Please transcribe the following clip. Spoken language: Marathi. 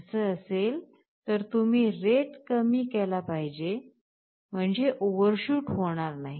असे असेल तर तुम्ही रेट कमी केला पाहिजे म्हणजे ओवरशूट होणार नाही